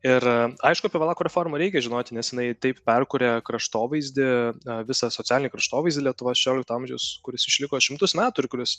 ir aišku apie valakų reformą reikia žinoti nes jinai taip perkūrė kraštovaizdį visą socialinį kraštovaizdį lietuvos šiolikto amžius kuris išliko šimtus metų ir kuris